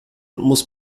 muss